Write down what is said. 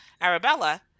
Arabella